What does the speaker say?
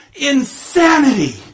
Insanity